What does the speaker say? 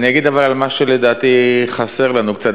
אבל אני אגיד מה שלדעתי חסר לנו קצת,